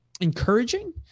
encouraging